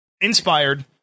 inspired